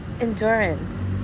endurance